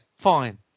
fine